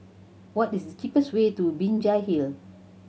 what is the cheapest way to Binjai Hill